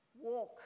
walk